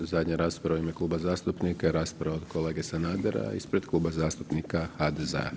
Zadnja rasprava je u ime kluba zastupnika je rasprava od kolege Sanadera ispred Kluba zastupnika HDZ-a.